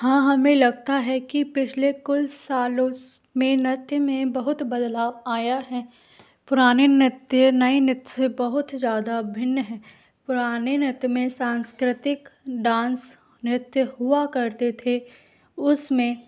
हाँ हमें लगता है की पिछले कुछ सालों में नृत्य में बहुत बदलाव आया है पुराने नृत्य नए नृत्य से बहुत ज़्यादा भिन्न है पुराने नृत्य में सांस्कृतिक डांस नृत्य हुआ करते थे उसमें